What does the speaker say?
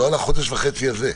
לא על החודש וחצי הזה.